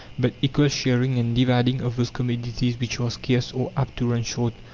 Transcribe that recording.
but equal sharing and dividing of those commodities which are scarce or apt to run short.